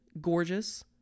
gorgeous